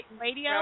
radio